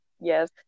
Yes